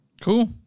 Cool